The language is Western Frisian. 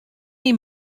dyn